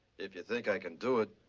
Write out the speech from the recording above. if you think i can do it.